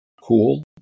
cool